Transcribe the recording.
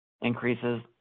increases